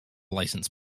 license